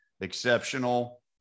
exceptional